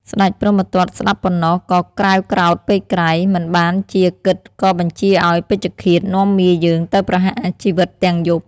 ស្តេចព្រហ្មទត្តស្តាប់ប៉ុណ្ណោះក៏ក្រេវក្រោធពេកក្រៃ មិនបានជាគិតក៏បញ្ជាឱ្យពេជ្ឈឃាតនាំមាយើងទៅប្រហារជីវិតទាំងយប់។